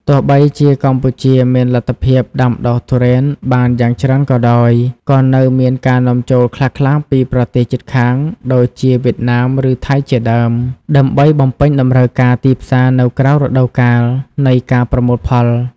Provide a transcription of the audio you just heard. ទោះបីជាកម្ពុជាមានលទ្ធភាពដាំដុះទុរេនបានយ៉ាងច្រើនក៏ដោយ ក៏នៅមានការនាំចូលខ្លះៗពីប្រទេសជិតខាងដូចជាវៀតណាមឬថៃជាដើម ដើម្បីបំពេញតម្រូវការទីផ្សារនៅក្រៅរដូវកាលនៃការប្រមូលផល។